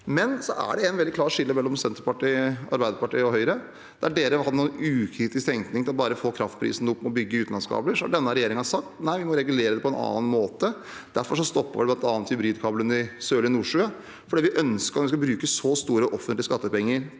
Det er et veldig klart skille mellom Senterpartiet og Arbeiderpartiet, og Høyre. Der Høyre hadde en ukritisk tenkning om bare å få kraftprisen opp ved å bygge utenlandskabler, har denne regjeringen sagt at nei, vi må regulere det på en annen måte. Derfor stoppet vi bl.a. hybridkabel til Sørlige Nordsjø II, for vi ønsker at når vi skal bruke så store offentlige skattepenger